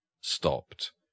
stopped